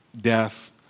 death